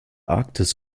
arktis